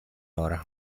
ora